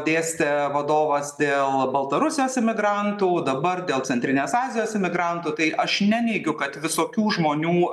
dėstė vadovas dėl baltarusijos imigrantų dabar dėl centrinės azijos imigrantų tai aš neneigiu kad visokių žmonių